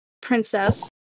princess